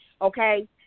okay